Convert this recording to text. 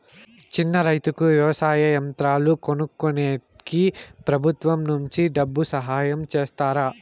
చిన్న రైతుకు వ్యవసాయ యంత్రాలు కొనుక్కునేకి ప్రభుత్వం నుంచి డబ్బు సహాయం చేస్తారా?